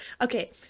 okay